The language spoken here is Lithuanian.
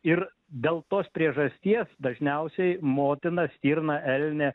ir dėl tos priežasties dažniausiai motina stirna elnia